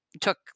took